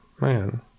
man